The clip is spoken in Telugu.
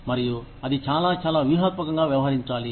మరియు అది చాలా చాలా వ్యూహాత్మకంగా వ్యవహరించాలి